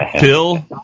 Bill –